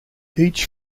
each